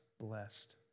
blessed